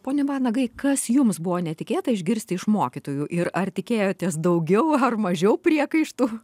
pone vanagai kas jums buvo netikėta išgirsti iš mokytojų ir ar tikėjotės daugiau ar mažiau priekaištų